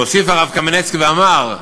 והוסיף הרב קמנצקי ואמר,